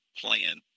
plan